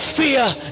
Fear